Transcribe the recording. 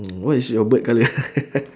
mm what is your bird colour